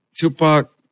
Tupac